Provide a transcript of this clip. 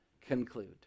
conclude